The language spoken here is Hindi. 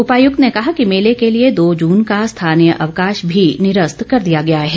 उपायुक्त ने कहा कि मेले के लिए दो जून का स्थानीय अवकाश भी निरस्त कर दिया गया है